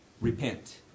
Repent